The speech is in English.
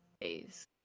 days